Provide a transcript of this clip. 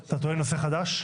אתה טוען לנושא חדש?